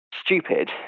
stupid